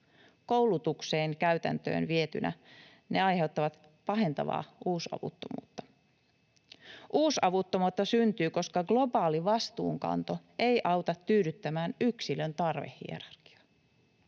Koulutukseen käytäntöön vietynä ne aiheuttavat pahentavaa uusavuttomuutta. Uusavuttomuutta syntyy, koska globaali vastuunkanto ei auta tyydyttämään yksilön tarvehierarkiaa.